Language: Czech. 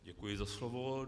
Děkuji za slovo.